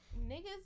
niggas